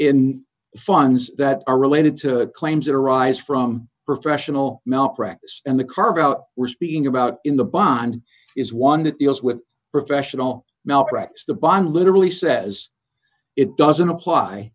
the funds that are related to claims that arise from professional malpractise and the carve out we're speaking about in the bond is one that deals with professional malpractise the bond literally says it doesn't apply